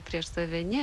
prieš save ne